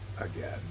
again